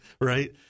right